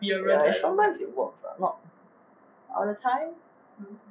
ya sometimes it works ah but not all the time